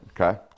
Okay